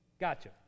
Gotcha